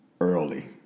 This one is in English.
early